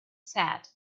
said